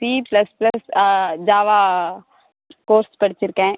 C plus plus Java course படிச்சுருக்கேன்